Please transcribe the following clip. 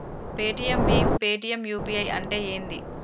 Paytm భీమ్ Paytm UPI అంటే ఏంది?